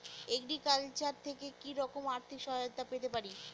Agriculture থেকে কি রকম আর্থিক সহায়তা পেতে পারি?